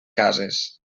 cases